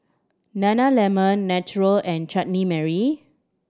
Nana Lemon Naturel and Chutney Mary